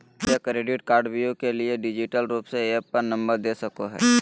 कुल देय क्रेडिट कार्डव्यू के लिए डिजिटल रूप के ऐप पर नंबर दे सको हइ